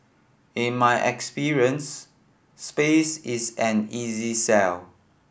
in my experience space is an easy sell